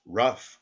rough